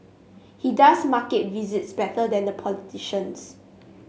he does market visits better than the politicians